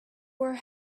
were